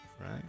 right